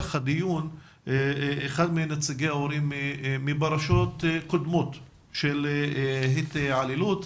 הדיון אחד מנציגי ההורים מפרשות קודמות של התעללות.